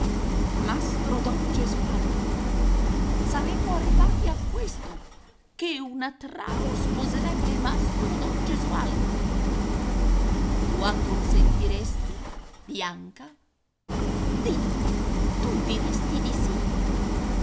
tromba mastro don gesualdo saremmo arrivati a questo che una trao sposerebbe mastro don gesualdo tu acconsentiresti bianca di tu diresti di sì